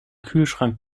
kühlschrank